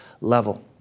level